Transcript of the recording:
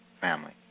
family